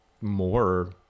more